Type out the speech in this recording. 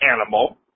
animal